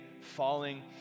falling